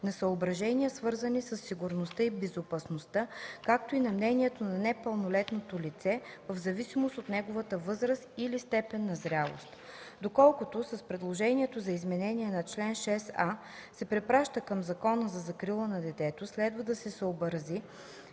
на съображения, свързани със сигурността и безопасността, както и на мнението на непълнолетното лице, в зависимост от неговата възраст или степен на зрялост”. Доколкото с предложението за изменение на чл. 6а се препраща към Закона за закрила на детето, следва да се съобрази,